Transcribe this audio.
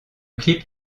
clip